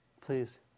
Please